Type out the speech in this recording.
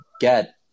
get